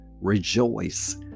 rejoice